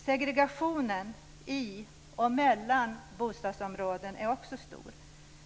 Segregationen i och mellan bostadsområden är också stor.